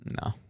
No